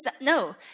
No